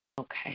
Okay